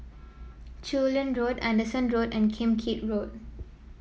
Chu Lin Road Anderson Road and Kim Keat Road